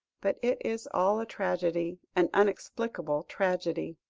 but it is all a tragedy, an inexplicable tragedy.